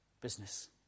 business